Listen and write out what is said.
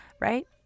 right